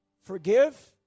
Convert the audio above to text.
forgive